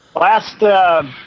Last